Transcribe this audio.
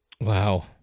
Wow